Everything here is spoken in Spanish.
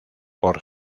por